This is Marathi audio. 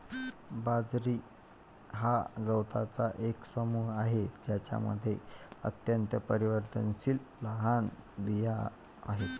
बाजरी हा गवतांचा एक समूह आहे ज्यामध्ये अत्यंत परिवर्तनशील लहान बिया आहेत